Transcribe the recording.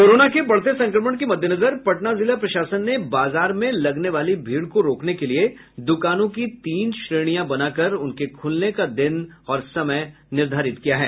corona के बढ़ते संक्रमण के मद्देनजर पटना जिला प्रशासन ने बाजार में लगने वाली भीड़ को रोकने के लिए दुकानों को तीन श्रेणियां बनाकर उनके खुलने का दिन और समय निर्धारित किया है